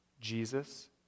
Jesus